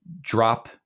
drop